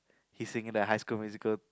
he sing the high school musicial